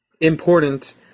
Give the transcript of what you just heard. important